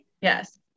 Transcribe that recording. Yes